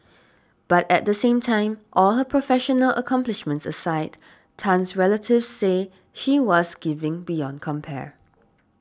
but at the same time all her professional accomplishments aside Tan's relatives say she was giving beyond compare